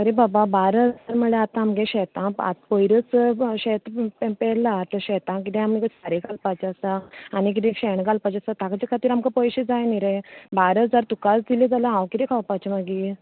आरे बाबा बारा हजार म्हळ्यार आतां आमगे शेतां आता पयरूच शेत पे पेरला ते शेता आमकां सारें घालपाचें आसा आनी कितें शेण घालपाचें आसा ताजे खातीर आमकां पयशे जाय न्ही रे बारा हजार तुकाच दिले जाल्यार हांवेन कितें खावपाचें मागीर